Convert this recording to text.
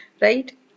right